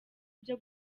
byo